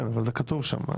כן, אבל זה כתוב שם.